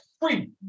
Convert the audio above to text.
free